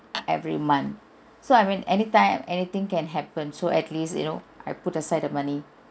every month so I mean anytime anything can happen so at least you know I put aside the money